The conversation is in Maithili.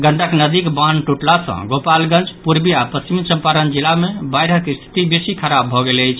गंडक नदीक बान्ह टूटला सँ गोपालगंज पूर्वी आ पश्चिमी चंपारण जिला मे बाढ़िक स्थिति बेसी खराब भऽ गेल अछि